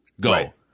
Go